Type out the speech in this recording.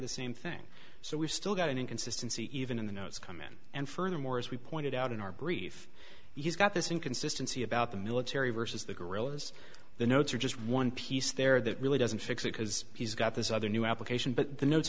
the same thing so we've still got an inconsistency even in the notes come in and furthermore as we pointed out in our brief he's got this inconsistency about the military versus the guerrillas the notes are just one piece there that really doesn't fix it because he's got this other new application but the notes